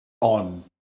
On